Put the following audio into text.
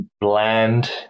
bland